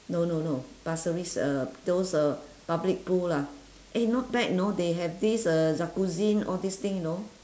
no no no pasir ris uh those uh public pool lah eh not bad you know they have this uh jacuzzi all these thing you know